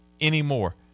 anymore